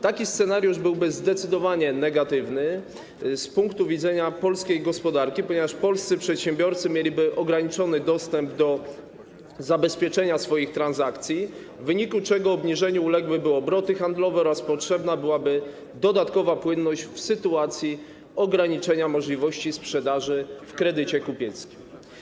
Taki scenariusz byłby zdecydowanie negatywny z punktu widzenia polskiej gospodarki, ponieważ polscy przedsiębiorcy mieliby ograniczony dostęp do zabezpieczenia swoich transakcji, w wyniku czego obniżeniu uległyby obroty handlowe oraz potrzebna byłaby dodatkowa płynność w sytuacji ograniczenia możliwości sprzedaży w kredycie kupieckim.